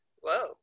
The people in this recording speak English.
Whoa